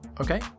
Okay